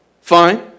fine